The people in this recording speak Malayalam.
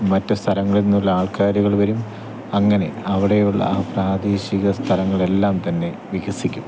മറ്റു സ്ഥലങ്ങളിൽ നിന്നുള്ള ആൾക്കാരുകൾ വരും അങ്ങനെ അവടെയുള്ള ആ പ്രാദേശിക സ്ഥലങ്ങളെല്ലാം തന്നെ വികസിക്കും